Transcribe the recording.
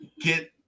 get